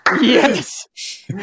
Yes